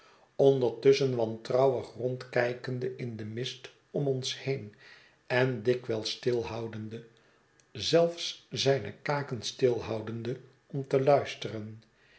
ondertusschen wantrouwig rondkijkende in den mist om ons heen en dikwijls stilhoudende zelfs zijne kaken stilhoudende om te luisteren